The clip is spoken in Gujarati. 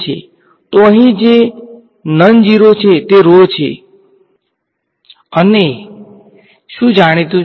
તો અહીં જે અનનોન છે તે rho છે અને શું જાણીતું છે